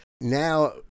now